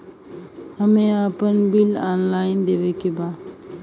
हमे आपन bill online देखे के बा?